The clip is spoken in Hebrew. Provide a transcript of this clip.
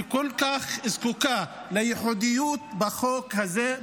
כל כך זקוקה לייחודיות בחוק הזה,